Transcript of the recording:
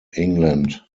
england